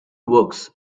works